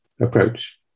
approach